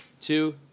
two